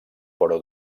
però